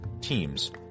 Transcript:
teams